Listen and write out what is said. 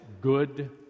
good